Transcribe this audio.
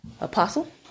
apostle